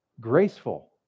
graceful